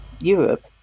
Europe